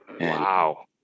Wow